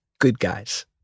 GOODGUYS